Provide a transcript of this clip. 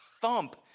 thump